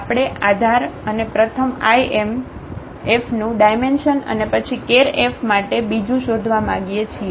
આપણે આધાર અને પ્રથમ Imનું ડાયમેન્શન અને પછી Kerમાટે બીજું શોધવા માંગીએ છીએ